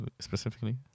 specifically